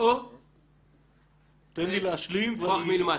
או כוח מלמטה.